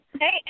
hey